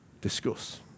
Discuss